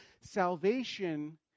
salvation